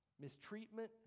mistreatment